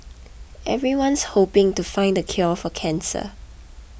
everyone's hoping to find the cure for cancer